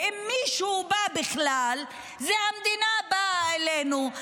ואם מישהו בא בכלל, זה המדינה באה אלינו.